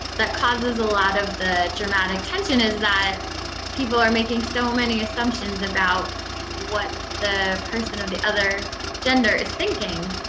that causes a lot of the dramatic tension is that people are making so many assumptions about what the person of the other gender is thinking.